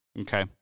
Okay